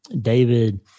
David